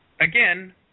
Again